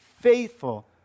faithful